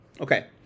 Okay